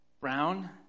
brown